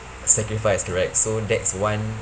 sacrifice correct so that's one